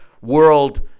world